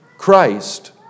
Christ